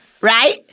right